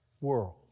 world